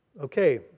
Okay